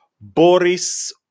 Boris